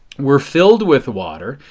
we are filled with water.